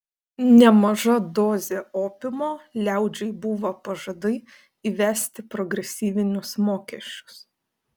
nemaža dozė opiumo liaudžiai buvo pažadai įvesti progresyvinius mokesčius